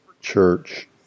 church